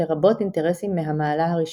לרבות אינטרסים מהמעלה הראשונה"